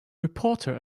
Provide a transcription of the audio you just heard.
reporter